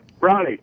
Ronnie